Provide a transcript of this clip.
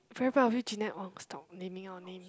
very proud of you Jeanette oh stop naming our name